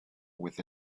with